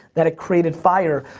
that it created fire.